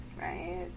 right